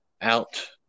out